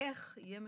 שה-איך יהיה מסוכם,